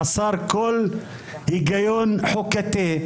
חסר כל היגיון חוקתי,